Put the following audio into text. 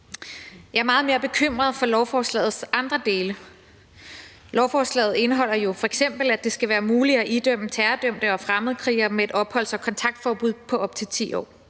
Jeg er meget mere bekymret for lovforslagets andre dele. Lovforslaget indeholder jo f.eks., at det skal være muligt at idømme terrordømte og fremmedkrigere et opholds- og kontaktforbud på op til 10 år.